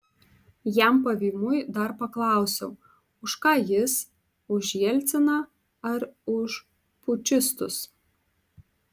jam pavymui dar paklausiau už ką jis už jelciną ar už pučistus